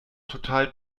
total